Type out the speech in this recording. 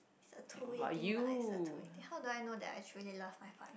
a two way thing lah it's a two way thing how do I know that I actually really love my father